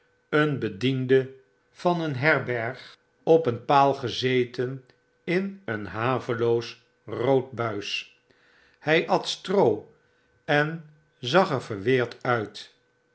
ontmoetteikdenlaatstenmaneen bediende van een herberg op een paal gezeten in een haveloos rood buis hyatstroo en zag er verweerd uit